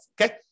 Okay